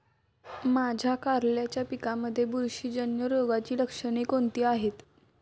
माझ्या कारल्याच्या पिकामध्ये बुरशीजन्य रोगाची लक्षणे कोणती आहेत?